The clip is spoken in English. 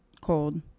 cold